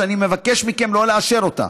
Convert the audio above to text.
ואני מבקש מכם שלא לאשר אותה,